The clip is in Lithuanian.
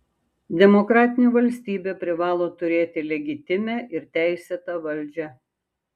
demokratinė valstybė privalo turėti legitimią ir teisėtą valdžią